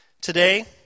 Today